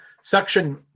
section